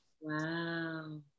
Wow